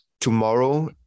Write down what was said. tomorrow